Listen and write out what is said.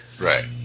Right